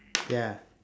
ya